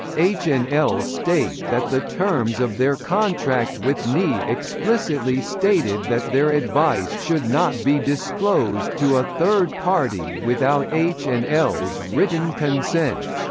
h and l state that the terms of their contract with ni explicitly stated that their advice should not be disclosed to a third party without h and l's written consent.